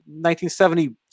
1970